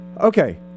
Okay